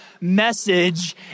message